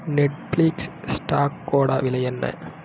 Netflix ஸ்டாக்கோட விலை என்ன